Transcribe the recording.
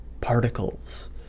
particles